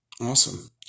Awesome